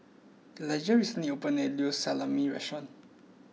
Elijah recently opened a new Salami restaurant